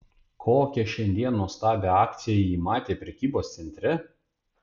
kokią šiandien nuostabią akciją ji matė prekybos centre